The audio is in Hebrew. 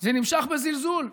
זה נמשך בזלזול,